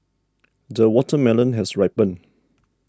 the watermelon has ripened